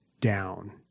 down